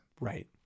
Right